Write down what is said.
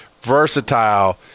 versatile